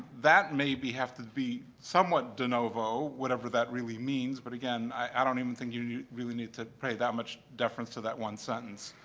that may be have to be somewhat de novo, whatever that really means. but again, i don't even think you need to pay that much deference to that one sentence.